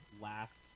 last